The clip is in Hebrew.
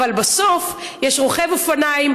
אבל בסוף יש רוכב אופניים.